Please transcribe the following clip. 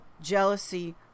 jealousy